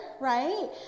right